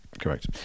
correct